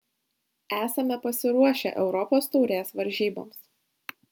esame pasiruošę europos taurės varžyboms